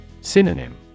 Synonym